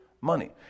money